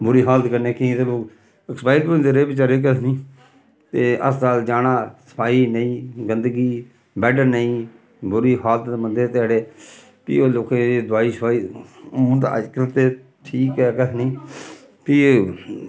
बुरी हालत कन्नै केईं ते लोक ऐक्सपायर होंदे रेह् बेचारे केह् आखनी ते अस्पताल जाना सफाई नेईं गंदगी बैड्ड नेईं बुरी हालत ते बंदे ध्याड़े फ्ही ओह् लोकें दवाई शवाई हून ते अज्जकल ते ठीक ऐ कक्ख निं फ्ही